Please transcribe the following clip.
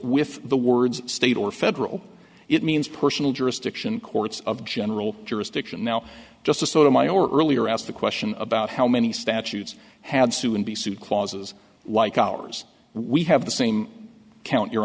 with the words state or federal it means personal jurisdiction courts of general jurisdiction now just a sort of my earlier asked the question about how many statutes had sue and be sued clauses like ours we have the same count your